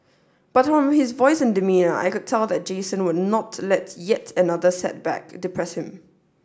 but from his voice and demeanour I could tell that Jason would not let yet another setback depress him